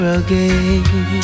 again